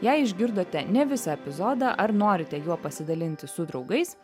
jei išgirdote ne visą epizodą ar norite juo pasidalinti su draugais